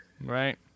Right